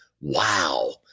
wow